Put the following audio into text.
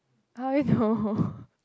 I know